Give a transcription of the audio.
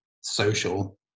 social